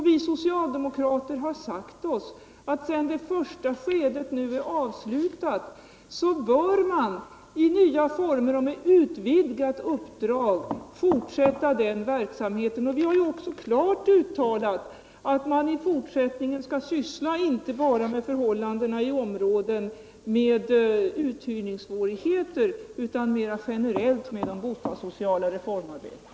Vi socialdemokrater har sagt oss att sedan det första skedet av bostadssociala delegationens arbete nu är avslutat, så bör man i nya former och med ett utvidgat uppdrag fortsätta verksamheten. Vi har också klart uttalat att man i fortsättningen inte bara skall syssla med förhållandena i områden med uthyrningssvårigheter utan mera generellt med det bostadssociala reformarbetet.